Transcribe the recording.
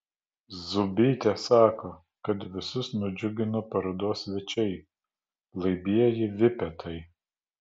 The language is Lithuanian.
zūbytė sako kad visus nudžiugino parodos svečiai laibieji vipetai